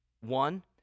One